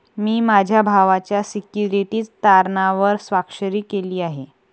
मी माझ्या भावाच्या सिक्युरिटीज तारणावर स्वाक्षरी केली आहे